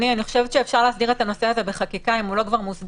אני חושבת שאפשר להסדיר את העניין הזה בחקיקה אם הוא לא כבר מוסדר.